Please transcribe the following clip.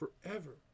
forever